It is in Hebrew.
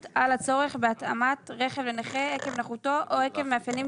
על הצורך בהתאמת רכב לנכה עקב נכותו או עקב מאפיינים